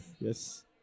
Yes